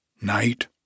night